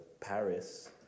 Paris